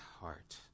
heart